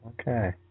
Okay